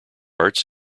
charts